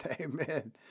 Amen